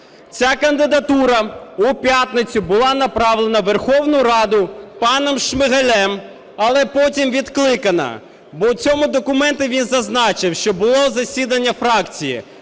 Ця кандидатура у п'ятницю була направлена у Верховну Раду паном Шмигалем, але потім відкликана. Бо у цьому документі він зазначив, що було засідання фракції,